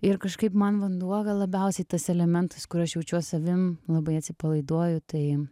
ir kažkaip man vanduo gal labiausiai tas elementas kur aš jaučiuos savim labai atsipalaiduoju tai